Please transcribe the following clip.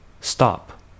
stop